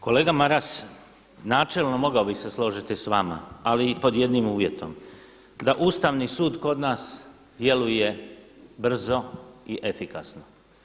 Kolega Maras, načelno mogao bih se složiti s vama ali pod jednim uvjetom da Ustavni sud kod nas djeluje brzo i efikasno.